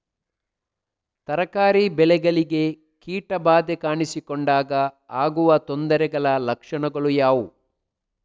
ತರಕಾರಿ ಬೆಳೆಗಳಿಗೆ ಕೀಟ ಬಾಧೆ ಕಾಣಿಸಿಕೊಂಡಾಗ ಆಗುವ ತೊಂದರೆಗಳ ಲಕ್ಷಣಗಳು ಯಾವುವು?